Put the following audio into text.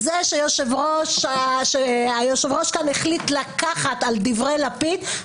זה שהיושב-ראש כאן החליט לקחת על דברי לפיד,